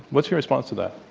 what's your response to that?